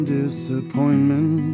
disappointment